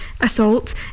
assault